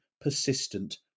persistent